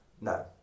No